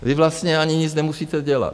Vy vlastně ani nic nemusíte dělat.